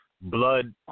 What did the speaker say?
Blood